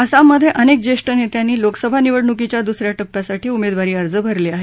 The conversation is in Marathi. आसाममध्ये अनेक ज्येष्ठ नेत्यांनी लोकसभा निवडणुकीच्या दुसऱ्या टप्प्यासाठी उमेदवारी अर्ज भरले आहेत